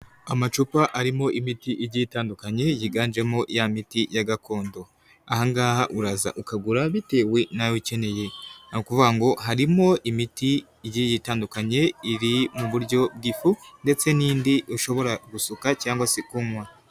Amacupa arimo imiti igiye itandukanye yiganjemo ya miti ya gakondo .Aha ngaha uraza ukagura bitewe n'ayo ukeneye. Ni ukuvuga ngo harimo imiti itandukanye iri mu buryo bw'igifu ndetse n'indi ushobora gusuka cyangwa se kunywa.